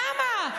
למה?